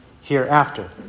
hereafter